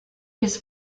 his